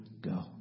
go